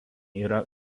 yra